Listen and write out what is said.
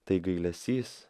tai gailesys